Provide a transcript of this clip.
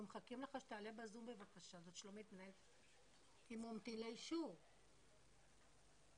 אני עדכנתי, אני פניתי ללשכת